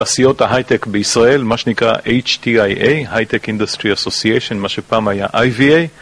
תעשיות ההייטק בישראל, מה שנקרא HTIA, הייטק אינדסטרי אסוסייאשן, מה שפעם היה IVA.